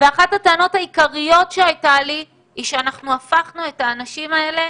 אחת הטענות העיקריות שהייתה לי היא שאנחנו הפכנו את האנשים האלה